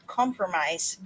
compromise